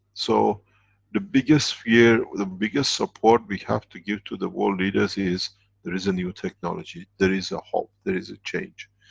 so the biggest fear, the biggest support we have to give to the world leaders is there is a new technology there is a hope, there is a change.